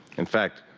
in fact,